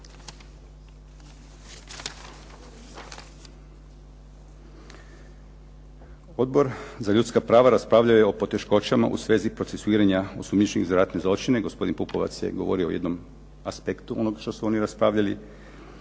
Odbor za ljudska prava raspravljao je o poteškoćama u svezi procesuiranja osumnjičenih za ratne zločine, gospodin Pupovac je govorio o jednom aspektu onoga što su oni raspravljali.